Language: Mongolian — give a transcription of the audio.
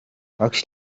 багш